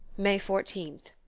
may fourteenth.